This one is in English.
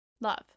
Love